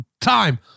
time